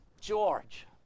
George